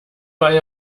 weil